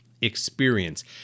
experience